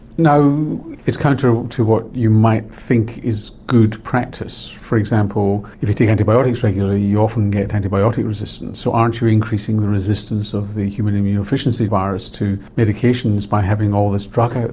it's counter to what you might think is good practice, for example if you take antibiotics regularly you often get antibiotic resistance. so aren't you increasing the resistance of the human immunodeficiency virus to medications by having all this drug out